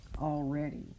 already